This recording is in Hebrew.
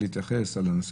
לנושא